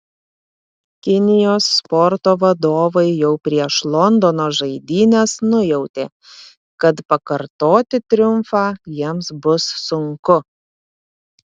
kinijos sporto vadovai jau prieš londono žaidynes nujautė kad pakartoti triumfą jiems bus sunku